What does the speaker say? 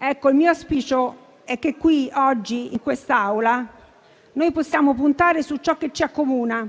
Il mio auspicio è che qui oggi, in quest'Aula, noi possiamo puntare su ciò che ci accomuna.